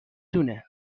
دونه